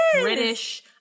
British